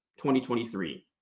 2023